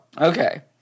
Okay